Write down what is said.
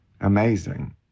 amazing